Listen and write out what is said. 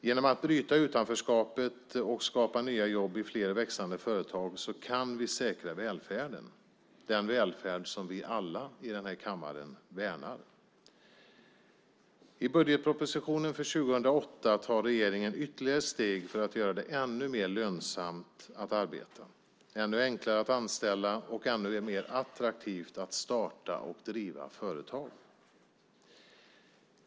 Genom att bryta utanförskapet och skapa nya jobb i fler och växande företag kan vi säkra den välfärd vi alla i den här kammaren värnar. I budgetpropositionen för 2008 tar regeringen ytterligare steg för att göra det ännu mer lönsamt att arbeta, ännu enklare att anställa och ännu mer attraktivt att starta och driva företag.